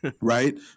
Right